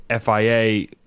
fia